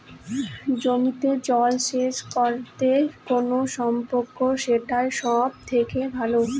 জমিতে জল সেচ করতে কোন পাম্প সেট সব থেকে ভালো?